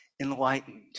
enlightened